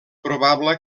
probable